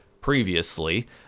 previously